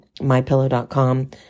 mypillow.com